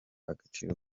agaciro